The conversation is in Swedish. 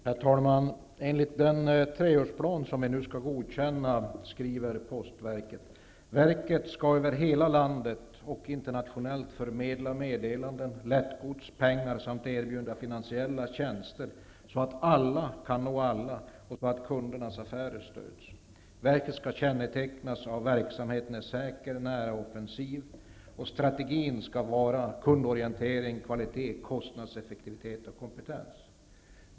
Herr talman! Enligt den treårsplan som vi nu skall godkänna skriver postverket: Verket skall över hela landet och internationellt förmedla meddelanden, lättgods och pengar samt erbjuda finansiella tjänster så att alla kan nå alla och så att kundernas affärer stöds. Verket skall kännetecknas av att verksamheten är säker, nära och offensiv. Strategin skall vara kundorientering, kvalitet, kostnadseffektivitet och kompetens.